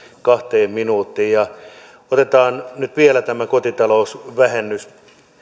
kahteen minuuttiin otetaan nyt vielä tämä kotitalousvähennys